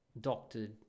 doctored